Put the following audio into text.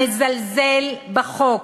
המזלזל בחוק,